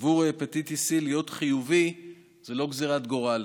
עבור הפטיטיס C, להיות חיובי היא לא גזירת גורל.